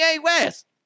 West